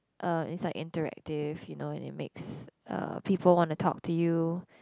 um it's like interactive you know and it makes uh people wanna talk to you